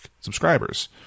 subscribers